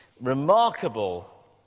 remarkable